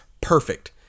perfect